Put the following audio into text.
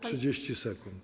30 sekund.